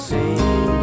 Sing